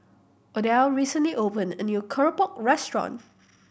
Odile recently opened a new keropok restaurant